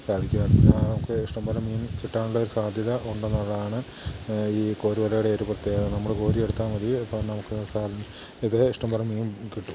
സാധിക്കും എല്ലാവർക്കും നമുക്കിഷ്ടം പോലെ മീൻ കിട്ടാനുള്ള ഒരു സാധ്യത ഉണ്ടെന്നുള്ളാണ് ഈ കോരുവലയുടെ ഒരു പ്രത്യേകത നമ്മള് കോരിയെടുത്താൽ മതി അപ്പം നമുക്ക് ഇതേ ഇഷ്ടംപോലെ മീൻ കിട്ടും